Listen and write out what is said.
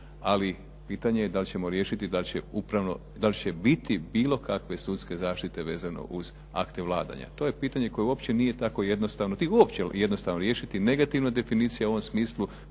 ali pitanje je da li ćemo riješiti, da li će upravno, da li će biti bilo kakve sudske zaštite vezane uz akte vladanja. To je pitanje koje uopće nije tako jednostavno, tog uopće jednostavno riješiti, negativna definicija u ovom smislu